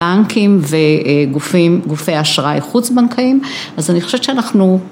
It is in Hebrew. ‫בנקים וגופי אשראי חוץ-בנקאים, ‫אז אני חושבת שאנחנו...